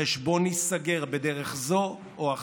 החשבון ייסגר בדרך זו או אחרת.